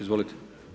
Izvolite.